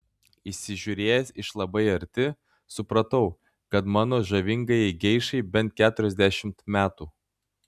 įsižiūrėjęs iš labai arti supratau kad mano žavingajai geišai bent keturiasdešimt metų